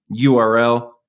URL